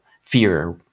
fear